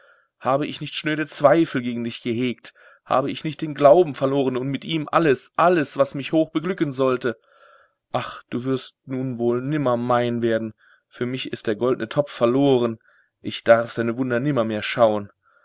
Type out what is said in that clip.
habe ich nicht schnöde zweifel gegen dich gehegt habe ich nicht den glauben verloren und mit ihm alles alles was mich hoch beglücken sollte ach du wirst nun wohl nimmer mein werden für mich ist der goldne topf verloren ich darf seine wunder nimmermehr schauen